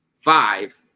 five